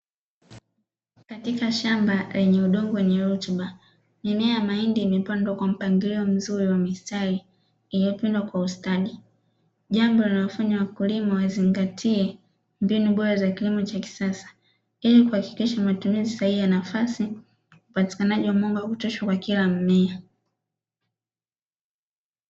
Katika shamba lenye udongo wenye rutuba mimea ya mahindi imepandwa kwa mpangilio mzuri wa mistari, iliyopigwa kwa ustadi jambo linalofanya wakulima wazingatie mbinu bora za kilimo cha kisasa ili kuhakikisha matumizi sahihi ya nafasi kupatikanaje wamungu wa kutosha kwa kila mmea.